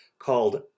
called